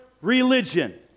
religion